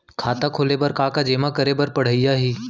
खाता खोले बर का का जेमा करे बर पढ़इया ही?